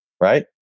right